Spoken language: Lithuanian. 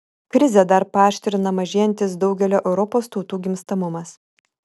krizę dar paaštrina mažėjantis daugelio europos tautų gimstamumas